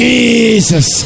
Jesus